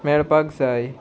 मेळपाक जाय